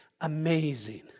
Amazing